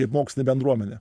ir moksline bendruomene